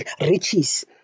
riches